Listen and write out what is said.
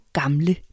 gamle